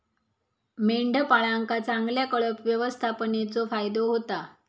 मेंढपाळांका चांगल्या कळप व्यवस्थापनेचो फायदो होता